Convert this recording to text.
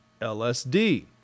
lsd